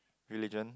religion